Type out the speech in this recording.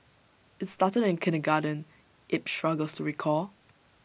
IT started in kindergarten Yip struggles to recall